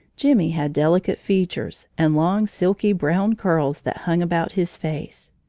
jimmie had delicate features and long, silky, brown curls that hung about his face.